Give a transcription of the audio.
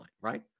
right